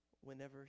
whenever